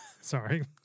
Sorry